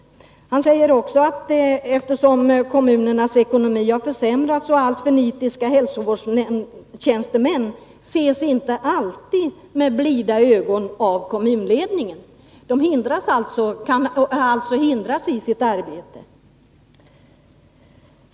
Vidare säger han att eftersom kommunernas ekonomi har försämrats ses inte alltför nitiska hälsovårdstjänstemän alltid med blida ögon av kommunledningen. De kan alltså hindras i sitt arbete.